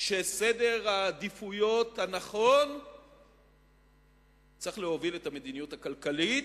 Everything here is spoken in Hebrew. שסדר העדיפויות הנכון צריך להוביל את המדיניות הכלכלית,